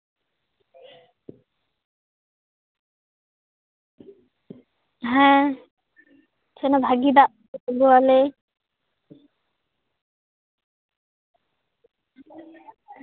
ᱦᱮᱸ ᱛᱟᱞᱦᱮ ᱵᱷᱟᱹᱜᱤ ᱫᱟᱜᱯᱮ ᱟᱹᱜᱩᱣᱟᱞᱮ